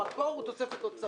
המקור הוא תוספת אוצרית.